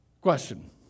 Question